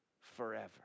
forever